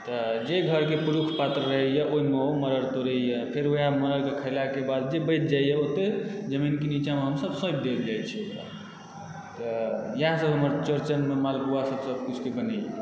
तऽ जे घरके पुरुष पात्र रहैए ओहिमे ओ मड़ड़ि तोड़ैए फेर ओएह मड़ड़ि खेलाके बाद जे बचि जाइए ओतय जमीनके नीचाँमे हम सब सौप देल जाइत छै तऽ इएह सब हमर चौड़चनमे मालपुआ सब सब किछुके बनाइए